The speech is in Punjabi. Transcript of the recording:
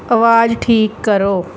ਆਵਾਜ਼ ਠੀਕ ਕਰੋ